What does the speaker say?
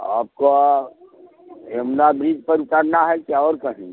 आपकाे Yamuna bridge पर उतरना है कि और कहीं